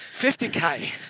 50K